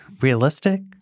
realistic